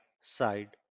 side